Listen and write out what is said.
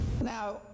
Now